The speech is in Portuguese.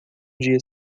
dia